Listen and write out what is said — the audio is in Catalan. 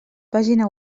pàgina